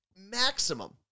Maximum